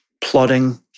plotting